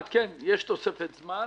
יש תוספת זמן.